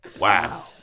Wow